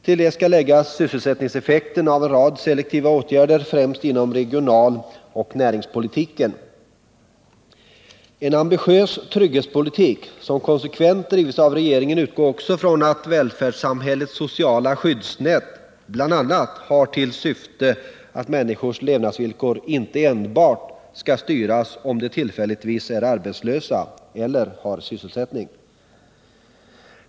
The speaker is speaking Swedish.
Till det skall läggas sysselsättningseffekten av en rad selektiva åtgärder, främst inom regionaloch näringspolitiken. En ambitiös trygghetspolitik som konsekvent drivits av regeringen utgår från att välfärdssamhällets sociala skyddsnät bl.a. har till syfte att människors levnadsvillkor inte enbart skall styras av om de tillfälligtvis är arbetslösa eller har sysselsättning.